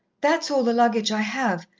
that is all the luggage i have,